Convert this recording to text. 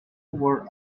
were